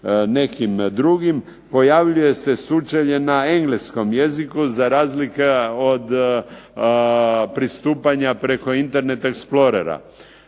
nekim drugim pojavljuje se sučelje na engleskom jeziku za razliku od pristupanja preko internet explorera.